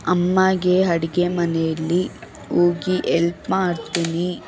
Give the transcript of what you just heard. ಅಮ್ಮಗೆ ಅಡುಗೆ ಮನೆಯಲ್ಲಿ ಹೋಗಿ ಎಲ್ಪ್ ಮಾಡ್ತೀನಿ